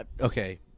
okay